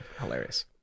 hilarious